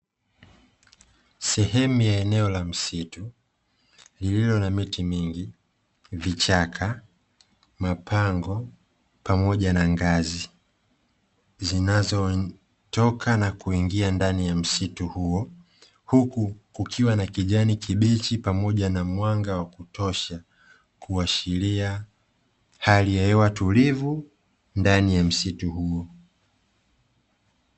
Sehemu ya eneo la msitu lililo na miti mingi, vichaka, mapango pamoja na ngazi zinazotoka na kuingia ndani ya msitu huo, huku kukiwa na kijani kibichi pamoja na mwanga wa kutosha kuashiria hali ya hewa tulivu ndani ya msitu huo.